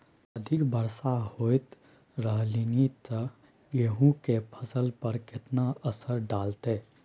अधिक वर्षा होयत रहलनि ते गेहूँ के फसल पर केतना असर डालतै?